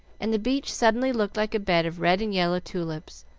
and the beach suddenly looked like a bed of red and yellow tulips,